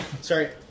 Sorry